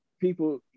people